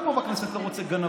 אף אחד פה בכנסת לא רוצה גנבים,